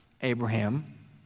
Abraham